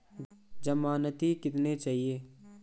ज़मानती कितने चाहिये?